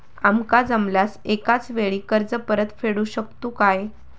आमका जमल्यास एकाच वेळी कर्ज परत फेडू शकतू काय?